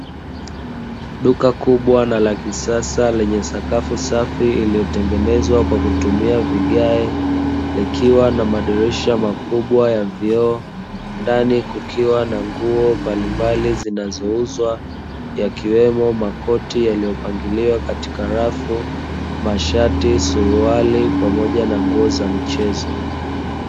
Duka kubwa na la kisasa lenye sakafu safi iliyotengenezwa kwa kutumia vigaye, likiwa na madirisha makubwa ya vioo. Ndani kukiwa na nguo mbalimbali zinazouzwa yakiwemo makoti yaliyopangiliwa katika rafu, mashati, suruali pamoja na nguo za michezo.